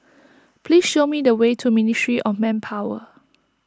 please show me the way to Ministry of Manpower